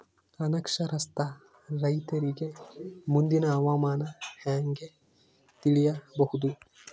ಅನಕ್ಷರಸ್ಥ ರೈತರಿಗೆ ಮುಂದಿನ ಹವಾಮಾನ ಹೆಂಗೆ ತಿಳಿಯಬಹುದು?